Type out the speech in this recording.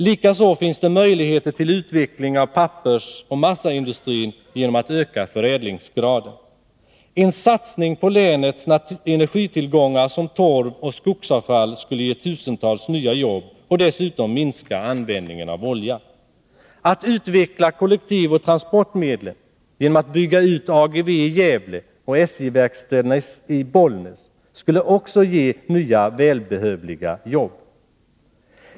Likaså finns det möjligheter till utveckling av pappersoch massaindustrin genom att öka förädlingsgraden. En satsning på länets energitillgångar såsom torv och skogsavfall skulle ge tusentals nya jobb och dessutom minska användningen av olja. En utveckling av kollektivoch transportmedlen genom utbyggnad av AGEVE i Gävle och SJ-verkstäderna i Bollnäs skulle också ge nya välbehövliga jobb.